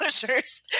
Publishers